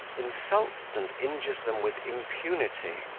insults and injures them with impunity.